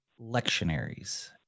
lectionaries